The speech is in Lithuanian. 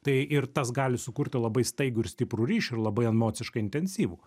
tai ir tas gali sukurti labai staigų ir stiprų ryšį ir labai emociškai intensyvų